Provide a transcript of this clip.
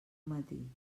matí